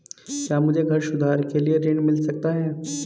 क्या मुझे घर सुधार के लिए ऋण मिल सकता है?